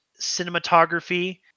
cinematography